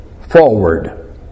forward